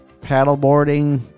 paddleboarding